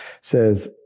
says